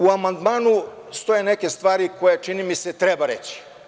U amandmanu stoje neke stvari koje, čini mi se, treba reći.